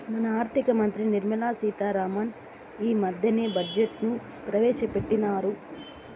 మన ఆర్థిక మంత్రి నిర్మలా సీతా రామన్ ఈ మద్దెనే బడ్జెట్ ను ప్రవేశపెట్టిన్నారు